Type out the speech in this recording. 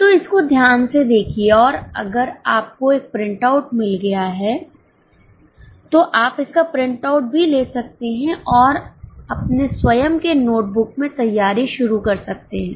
तो इसको ध्यान से देखिए और अगर आपको एक प्रिंटआउट मिल गया है तो आप इसका प्रिंटआउट भी ले सकते हैं और अपने स्वयं के नोटबुक में तैयारी शुरू कर सकते हैं